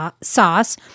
sauce